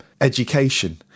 education